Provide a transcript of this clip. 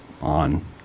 on